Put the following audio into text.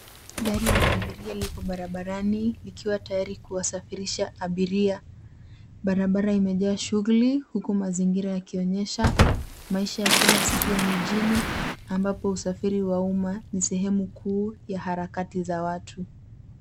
Gari la abiria liko barabarani, likiwa tayari kuwasafirisha abiria. Barabara imejaa shughuli, huku mazingira yakonyesha maisha ya kila siku ya mijini, ambapo usafiri wa umma ni sehemu kuu ya harakati za watu.